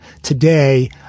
today